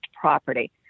property